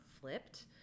flipped